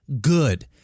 good